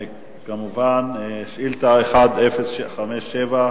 שאילתא מס' 1057,